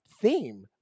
theme